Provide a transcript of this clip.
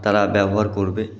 তারা ব্যবহার করবে